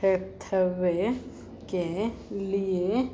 Hathaway के लिए